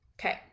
okay